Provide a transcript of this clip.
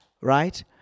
right